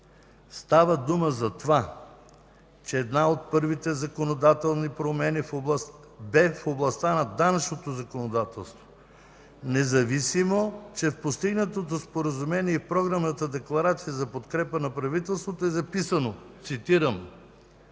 Става дума за това, че една от първите законодателни промени бе в областта на данъчното законодателство, независимо че в постигнатото Споразумение и в Програмната декларация за подкрепа на правителството е записано, цитирам: